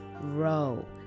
row